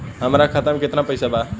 हमरा खाता मे केतना पैसा बा?